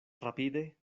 rapide